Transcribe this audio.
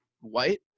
white